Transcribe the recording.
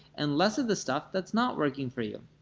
and less of the stuff that's not working for you.